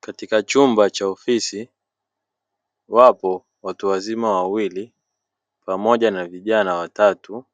Katika chumba cha ofisi, wapo watu wazima wawili pamoja na vijana watatu,